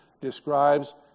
describes